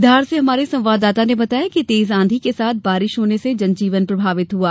धार से हमारे संवाददाता ने बताया है कि तेज आंधी के साथ बारिश होने जनजीवन प्रभावित हुआ